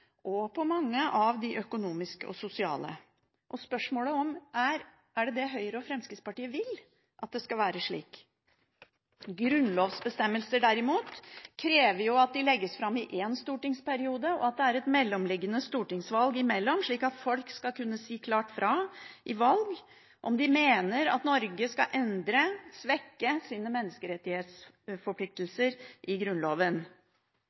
og på mange av de økonomiske og sosiale rettighetene. Spørsmålet er om det er slik Høyre og Fremskrittspartiet vil at det skal være. Grunnlovsbestemmelser – derimot – krever at de legges fram i én stortingsperiode, og at det er et stortingsvalg i mellom, slik at folk skal kunne si klart fra i valg om de mener at Norge skal endre/svekke sine menneskerettighetsforpliktelser i Grunnloven.